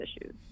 issues